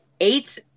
eight